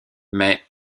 mais